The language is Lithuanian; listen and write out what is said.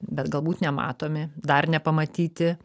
bet galbūt nematomi dar nepamatyti